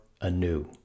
anew